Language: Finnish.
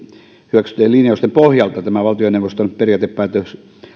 hyväksyttyjen linjausten pohjalta tämä valtioneuvoston periaatepäätös